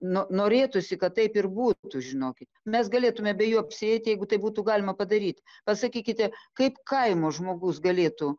no norėtųsi kad taip ir būtų žinokit mes galėtume be jų apsieit jeigu tai būtų galima padaryt pasakykite kaip kaimo žmogus galėtų